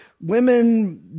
women